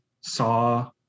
saw